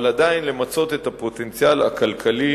אבל עדיין למצות את הפוטנציאל הכלכלי